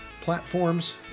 platforms